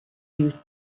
used